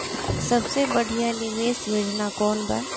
सबसे बढ़िया निवेश योजना कौन बा?